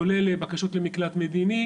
כולל בקשות למקלט מדיני